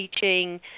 teaching